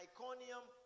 Iconium